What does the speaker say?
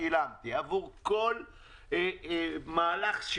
עבור כל מהלך.